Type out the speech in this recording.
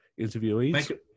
interviewees